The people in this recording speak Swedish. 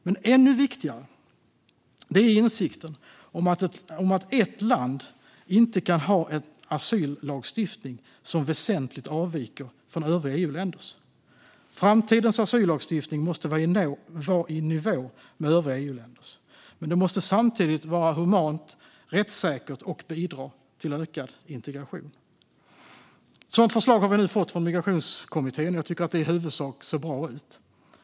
Men ännu viktigare är insikten om att ett land inte kan ha en asyllagstiftning som väsentligt avviker från övriga EU-länders. Framtidens asyllagstiftning måste vara i nivå med övriga EU-länders, men det måste samtidigt vara humant, rättssäkert och bidra till ökad integration. Ett sådant förslag har vi nu fått från Migrationskommittén. Jag tycker att det ser i huvudsak bra ut.